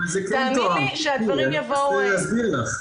תאמין לי שהדברים יבואו --- תני לי להסביר לך,